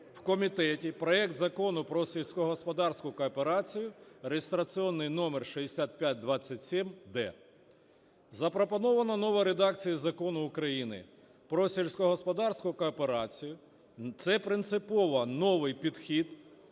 в комітеті проект Закону про сільськогосподарську кооперацію (реєстраційний номер 6527-д). Запропонована нова редакція Закону України "Про сільськогосподарську кооперацію" – це принципово новий підхід